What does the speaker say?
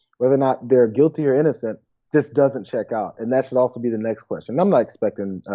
whether or not they're guilty or innocent just doesn't check out. and that should also be the next question. i'm not expecting,